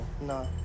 No